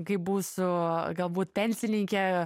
kai būsiu galbūt pensininkė